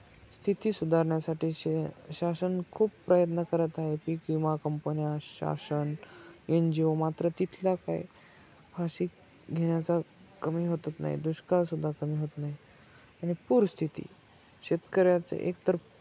स्थिती सुधारण्यासाठी शे शासन खूप प्रयत्न करत आहे पीक विमा कंपन्या शासन एन जी ओ मात्र तिथला काय फाशी घेण्याचा कमी होत नाही दुष्काळसुद्धा कमी होत नाही आणि पूरस्थिती शेतकऱ्याचं एकतर